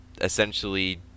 essentially